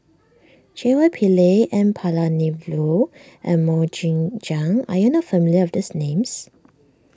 J Y Pillay N Palanivelu and Mok Ying Jang are you not familiar with these names